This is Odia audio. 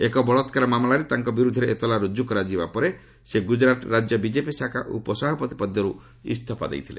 ଏକ ବଳାତ୍କାର ମାମଲାରେ ତାଙ୍କ ବିରୁଦ୍ଧରେ ଏତଲା ରୁକ୍କୁ କରାଯିବା ପରେ ସେ ଗୁକ୍ତୁରାଟ ରାଜ୍ୟ ବିଜେପି ଶାଖା ଉପସଭାପତି ପଦରୁ ଇସ୍ତଫା ଦେଇଥିଲେ